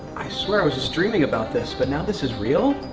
i swear i was just dreaming about this, but now this is real?